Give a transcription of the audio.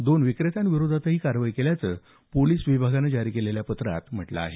दोन विक्रेत्यांविरोधातही कारवाई केल्याचं पोलिस विभागानं जारी केलेल्या पत्रात सांगितलं आहे